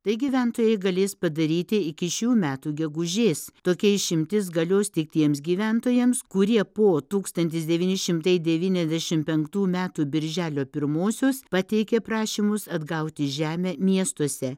tai gyventojai galės padaryti iki šių metų gegužės tokia išimtis galios tik tiems gyventojams kurie po tūkstantis devyni šimtai devyniasdešim penktų metų birželio pirmosios pateikė prašymus atgauti žemę miestuose